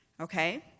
Okay